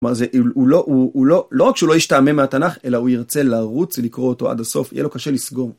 כלומר, לא רק שהוא לא ישתעמם מהתנ"ך, אלא הוא ירצה לרוץ ולקרוא אותו עד הסוף, יהיה לו קשה לסגור.